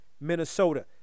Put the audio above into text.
Minnesota